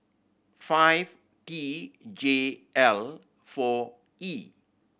five T J L four E